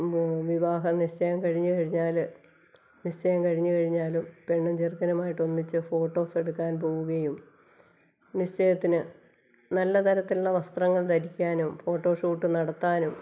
വിവാഹ നിശ്ചയം കഴിഞ്ഞ് കഴിഞ്ഞാല് നിശ്ചയം കഴിഞ്ഞ് കഴിഞ്ഞാലും പെണ്ണുഞ്ചെറുക്കനുമായിട്ടൊന്നിച്ച് ഫോട്ടോസ്സെടുക്കാന് പോവുകയും നിശ്ചയത്തിന് നല്ല തരത്തിലുള്ള വസ്ത്രങ്ങള് ധരിക്കാനും ഫോട്ടോഷൂട്ട് നടത്താനും